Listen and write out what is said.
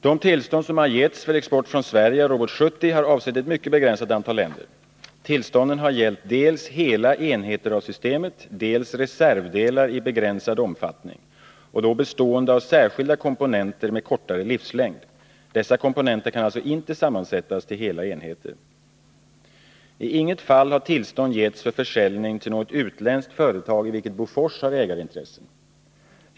De tillstånd som har getts för export från Sverige av RBS 70 har avsett ett mycket begränsat antal länder. Tillstånden har gällt dels hela enheter av systemet, dels i begränsad omfattning reservdelar, bestående av särskilda komponenter med kortare livslängd. Dessa komponenter kan alltså inte sammansättas till hela enheter. I intet fall har tillstånd getts för försäljning till något utländskt företag i vilket Bofors har ägarintressen.